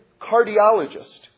cardiologist